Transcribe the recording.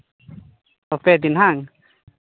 ᱯᱮ ᱫᱤᱱ ᱵᱟᱝ